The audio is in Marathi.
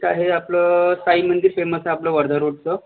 तिथे हे आपलं साईमंदिर फेमस आहे आपलं वर्धा रोडचं